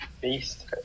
Beast